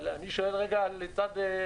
אבל אני שואל רגע על המתקשר.